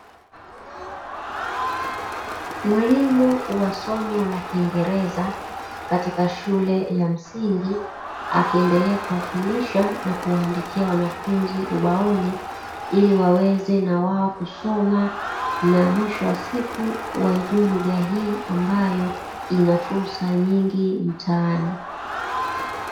Mwalimu wa somo la kingereza katika shule ya msingi , akiendelea kuwafundisha na kuwaandikia wanafunzi ubaoni, ili na wao waweze kusoma , na mwisho wa siku waijue lugha hii ambayo ina fursa nyingi mtaani.